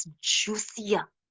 juicier